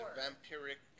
vampiric